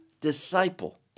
disciple